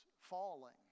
falling